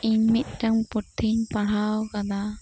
ᱤᱧ ᱢᱤᱫᱴᱟᱝ ᱯᱩᱛᱷᱤᱧ ᱯᱟᱲᱦᱟᱣ ᱠᱟᱫᱟ